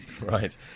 Right